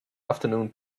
afternoon